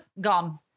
gone